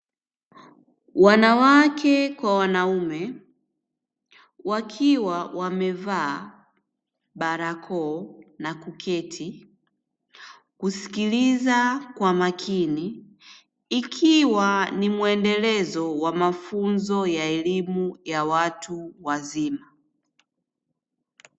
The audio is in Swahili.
Wanawake kwa wanaume wakiwa wamevaa barakoa na kuketi, kusikiliza kwa makini ikiwa ni muendelezo wa mafunzo ya elimu ya watu wazima.